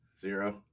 Zero